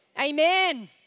Amen